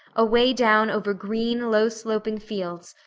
away down over green, low-sloping fields,